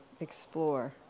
explore